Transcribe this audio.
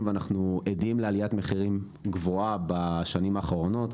ואנחנו עדים לעליים מחירים גבוהה בשנים האחרונות,